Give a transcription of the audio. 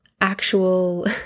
actual